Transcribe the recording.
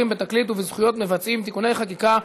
בתקליט וזכויות מבצעים (תיקוני חקיקה),